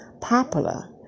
popular